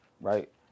right